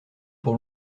pour